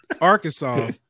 Arkansas